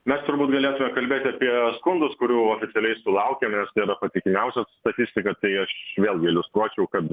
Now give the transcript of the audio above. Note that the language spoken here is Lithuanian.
mes turbūt galėtume kalbėt apie skundus kurių oficialiai sulaukėm nes tai yra patikimiausia statistika tai aš vėlgi iliustruočiau kad